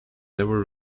never